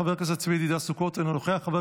חברת הכנסת גלית דיסטל אטבריאן,